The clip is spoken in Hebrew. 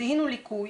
זיהינו ליקוי.